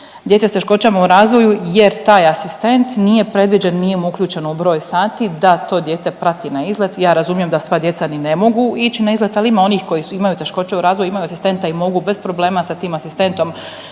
djece s teškoćama u razvoju jer taj asistent nije predviđen, nije mu uključeno u broj sati da to dijete prati na izlet. Ja razumijem da sva djeca ni ne mogu ići na izlet, ali ima onih koji imaju teškoće u razvoju, imaju asistenta i mogu bez problema sa tim asistentom